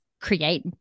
create